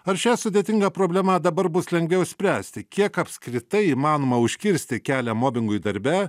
ar šią sudėtingą problemą dabar bus lengviau spręsti kiek apskritai įmanoma užkirsti kelią mobingui darbe